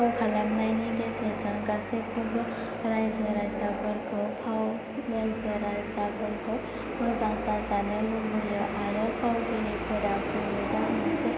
फाव खालामनायनि गेजेरजों गासैखौबो रायजो राजाफोरखौ रायजो राजाफोरखौ मोजां जाजानो लुगैयो आरो फावगिरिफोराबो बोरैबा मोनसे